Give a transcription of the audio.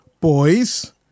boys